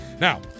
Now